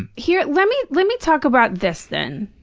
and here, let me let me talk about this, then.